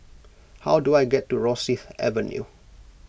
how do I get to Rosyth Avenue